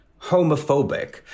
homophobic